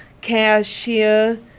cashier